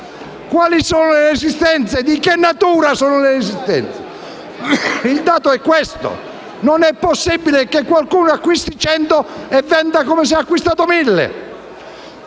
Quali sono le resistenze? Di che natura sono le resistenze? Ripeto, il dato è questo. Non è possibile che qualcuno acquisti 100 e venda come se avesse acquistato 1.000.